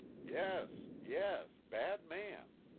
yes, yes bad man.